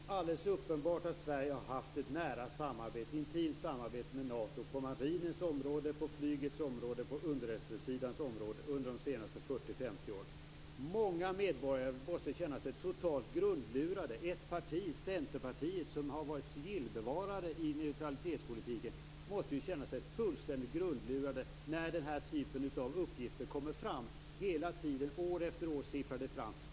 Fru talman! Det är alldeles uppenbart att Sverige har haft ett intimt samarbete med Nato på marinens, flygets och underrättelsesidans område under de senaste 40-50 åren. Många medborgare måste känna sig totalt grundlurade. Ett parti - Centerpartiet - som har varit sigillbevarare i neutralitetspolitiken måste känna sig fullständigt grundlurat när denna typ av uppgifter kommer fram. Uppgifterna sipprar fram hela tiden, år efter år.